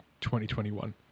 2021